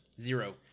Zero